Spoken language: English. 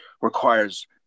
requires